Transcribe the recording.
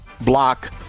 block